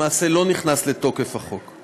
למעשה לא נכנס לתוקף החוק.